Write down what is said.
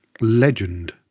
legend